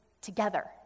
together